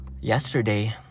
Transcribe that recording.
yesterday